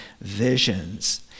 visions